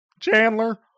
Chandler